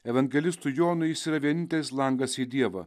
evangelistui jonui jis yra vienintelis langas į dievą